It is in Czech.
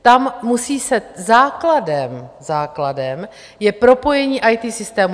Tam musí se základem základem je propojení IT systému.